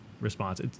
response